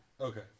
Okay